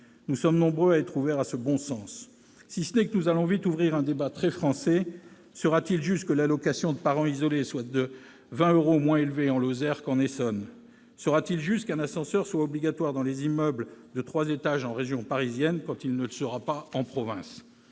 Nous sommes nombreux à être ouverts à ce bon sens. Si ce n'est que nous allons vite ouvrir un débat très français : sera-t-il juste que l'allocation de parent isolé soit de 20 euros moins élevée en Lozère qu'en Essonne ? Sera-t-il juste qu'un ascenseur soit obligatoire dans les immeubles de trois étages en région parisienne quand il ne le sera pas en province ?